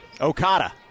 Okada